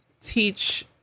teach